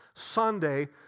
Sunday